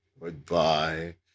Goodbye